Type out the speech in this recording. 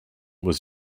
was